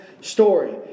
story